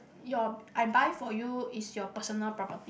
your I buy for you is your personal property